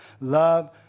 Love